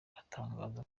itangaza